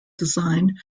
design